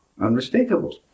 unmistakable